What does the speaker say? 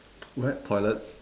wet toilets